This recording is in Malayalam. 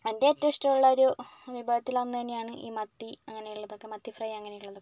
എൻ്റെ ഏറ്റവും ഇഷ്ടമുള്ളൊരു വിഭവത്തിലൊന്നുതന്നെയാണ് ഈ മത്തി അങ്ങനെയുള്ളതൊക്കെ മത്തി ഫ്രൈ അങ്ങനെയുള്ളതൊക്കെ